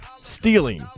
stealing